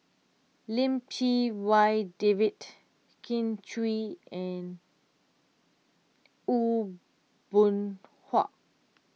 Lim Chee Wai David Kin Chui and Aw Boon Haw